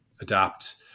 adapt